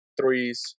threes